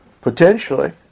Potentially